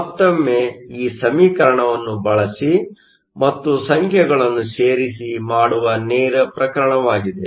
ಮತ್ತೊಮ್ಮೆ ಈ ಸಮೀಕರಣವನ್ನು ಬಳಸಿ ಮತ್ತು ಸಂಖ್ಯೆಗಳನ್ನು ಸೇರಿಸಿ ಮಾಡುವ ನೇರ ಪ್ರಕರಣವಾಗಿದೆ